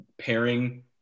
pairing